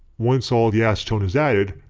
once all the acetone is added,